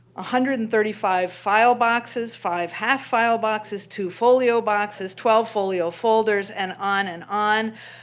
hundred and thirty five file boxes, five half-file boxes, two folio boxes, twelve folio folders, and on and on.